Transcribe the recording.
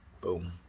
Boom